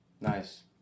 nice